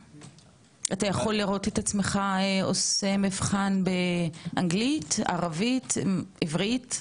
רואה עצמך עושה מבחן באנגלית, ערבית, עברית?